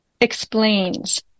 explains